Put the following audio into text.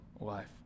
life